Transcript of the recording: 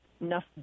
enough